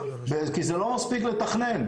כי זה לא מספיק לתכנן,